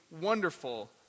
wonderful